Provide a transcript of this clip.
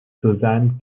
susan